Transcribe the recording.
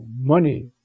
money